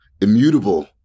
Immutable